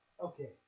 Okay